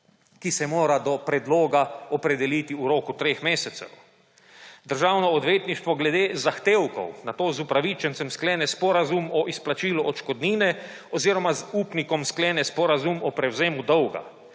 ki se mora do predloga opredeliti v roku treh mesecev. Državno odvetništvo glede zahtevkov nato z upravičencem sklene sporazum o izplačilu odškodnine oziroma z upnikom sklene sporazum o prevzemu dolga.